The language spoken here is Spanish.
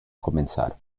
comenzar